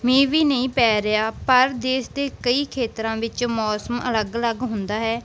ਮੀਂਹ ਵੀ ਨਹੀਂ ਪੈ ਰਿਹਾ ਪਰ ਦੇਸ਼ ਦੇ ਕਈ ਖੇਤਰਾਂ ਵਿੱਚ ਮੌਸਮ ਅਲੱਗ ਅਲੱਗ ਹੁੰਦਾ ਹੈ